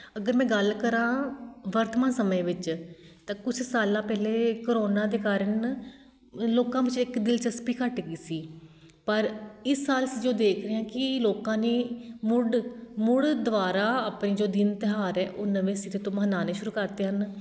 ਅਗਰ ਮੈਂ ਗੱਲ ਕਰਾਂ ਵਰਤਮਾਨ ਸਮੇਂ ਵਿੱਚ ਤਾਂ ਕੁਛ ਸਾਲਾਂ ਪਹਿਲੇ ਕਰੋਨਾ ਦੇ ਕਾਰਨ ਲੋਕਾਂ ਵਿੱਚ ਇੱਕ ਦਿਲਚਸਪੀ ਘੱਟ ਗਈ ਸੀ ਪਰ ਇਸ ਸਾਲ ਅਸੀਂ ਜੋ ਦੇਖ ਰਹੇ ਹਾਂ ਕਿ ਲੋਕਾਂ ਨੇ ਮੁਡ ਮੁੜ ਦੁਬਾਰਾ ਆਪਣੀ ਜੋ ਦਿਨ ਤਿਉਹਾਰ ਹੈ ਉਹ ਨਵੇਂ ਸਿਰੇ ਤੋਂ ਮਨਾਉਣੇ ਸ਼ੁਰੂ ਕਰਤੇ ਹਨ